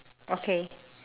okay